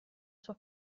sua